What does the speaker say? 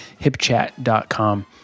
hipchat.com